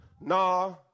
Nah